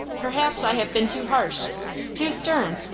perhaps i have been too harsh too stern!